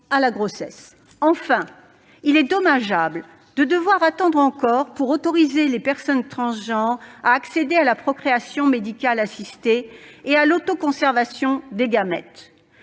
à la grossesse. Enfin, il est dommageable de devoir attendre encore pour autoriser les personnes transgenres à accéder à la procréation médicale assistée et à l'autoconservation des gamètes.